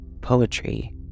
poetry